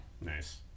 Nice